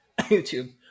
youtube